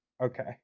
Okay